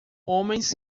homens